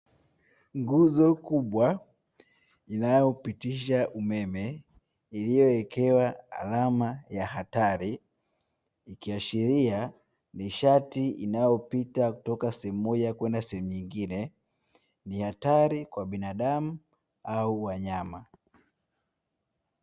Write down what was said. Nguzo kubwa inayopitisha umeme iliyowekewa alama ya hatari, ikiashiria nishati inayopita toka sehemu moja kwenda sehemu nyingine. Ni hatari kwa binadamu au wanyama.